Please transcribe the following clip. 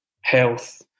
health